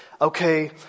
okay